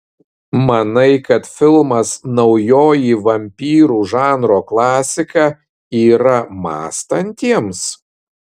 manai kad filmas naujoji vampyrų žanro klasika yra mąstantiems